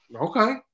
Okay